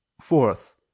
Fourth